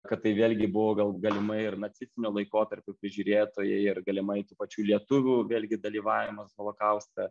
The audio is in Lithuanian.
kad tai vėlgi buvo gal galimai ir nacistinio laikotarpio prižiūrėtojai ir galimai tų pačių lietuvių vėlgi dalyvavimas holokauste